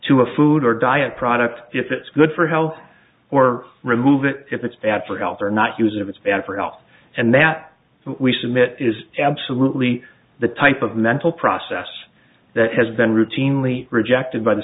to a food or diet product if it's good for health or remove it if it's bad for health or not use if it's bad for health and that we submit is absolutely the type of mental process that has been routinely rejected by the